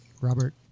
Robert